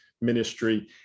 ministry